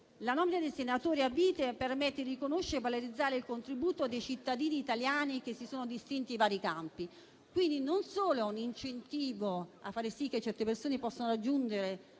la nomina dei senatori a vita permette di conoscere e valorizzare il contributo dei cittadini italiani che si sono distinti i vari campi, quindi non solo è un incentivo a far sì che certe persone possano raggiungere